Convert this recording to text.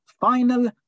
final